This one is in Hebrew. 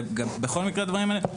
בכל מקרה מהדברים האלה.